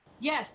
Yes